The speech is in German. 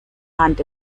hand